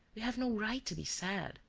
you have no right to be sad.